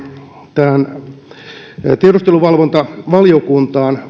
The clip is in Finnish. tähän tiedusteluvalvontavaliokuntaan